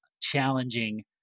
challenging